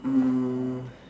hmm